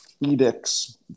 edicts